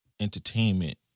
entertainment